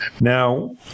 Now